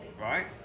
Right